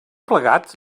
plegat